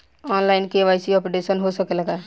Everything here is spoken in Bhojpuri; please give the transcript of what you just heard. आन लाइन के.वाइ.सी अपडेशन हो सकेला का?